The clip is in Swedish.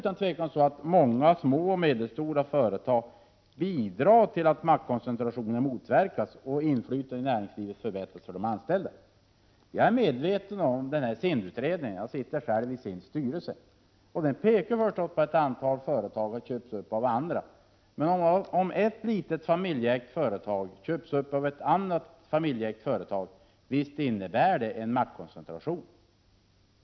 Utan tvivel bidrar många mindre och medelstora företag till att maktkoncentrationen motverkas och att inflytandet i näringslivet förbättras för de anställda. Jag är medveten om SIND-utredningen, för jag sitter själv i SIND:s styrelse. Den pekar på att ett antal företag har köpts upp av andra. — Prot. 1987/88:34 Om ett litet familjeägt företag köps upp av ett annat familjeägt företag, 30 november 1987 innebär det visst en maktkoncentration.